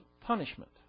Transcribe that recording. punishment